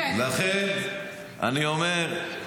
לכן אני אומר: